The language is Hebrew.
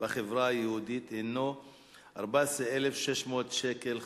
בחברה היהודית הינה 14,600 ש"ח,